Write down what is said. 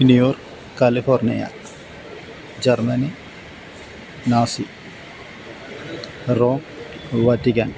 നു York California Germany Nazi Rome വത്തിക്കാന്